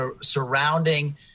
surrounding